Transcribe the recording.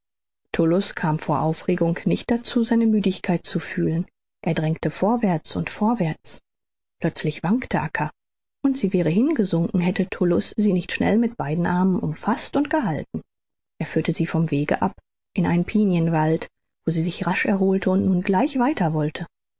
kam vor aufregung nicht dazu seine müdigkeit zu fühlen er drängte vorwärts und vorwärts plötzlich wankte acca und sie wäre hingesunken hätte tullus sie nicht schnell mit beiden armen umfaßt und gehalten er führte sie vom wege ab in einen pinienwald wo sie sich rasch erholte und nun gleich weiter wollte